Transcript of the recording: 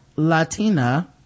latina